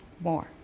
more